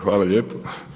Hvala lijepo.